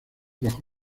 bajo